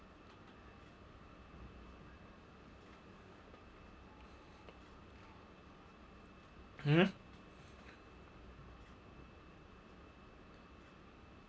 mm